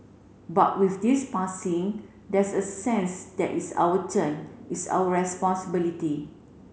but with this passing there's a sense that it's our turn it's our responsibility